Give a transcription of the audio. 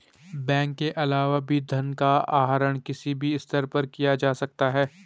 bank के अलावा भी धन का आहरण किसी भी स्तर पर किया जा सकता है